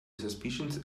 suspicions